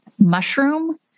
mushroom